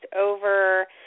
over